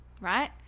right